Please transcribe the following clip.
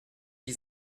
die